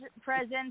presence